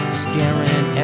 scaring